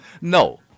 No